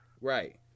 Right